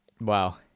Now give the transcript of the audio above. Wow